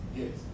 yes